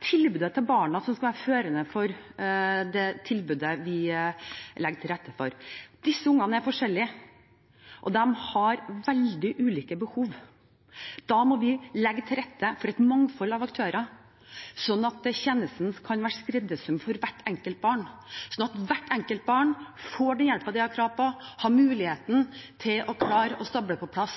tilbudet til barna som skal være førende for det tilbudet vi legger til rette for. Disse ungene er forskjellige, og de har veldig ulike behov. Da må vi legge til rette for et mangfold av aktører, sånn at tjenesten kan være skreddersøm for hvert enkelt barn, sånn at hvert enkelt barn får den hjelpen de har krav på, og har muligheten til å klare å stable på plass